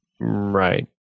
Right